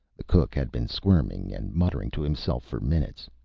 the cook had been squirming and muttering to himself for minutes.